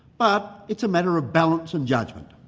but it's a matter of balance and judgment.